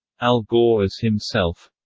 al gore as himself